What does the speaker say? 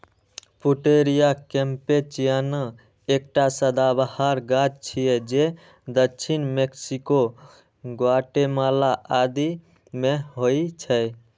Pouteria कैम्पेचियाना एकटा सदाबहार गाछ छियै जे दक्षिण मैक्सिको, ग्वाटेमाला आदि मे होइ छै